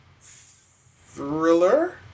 Thriller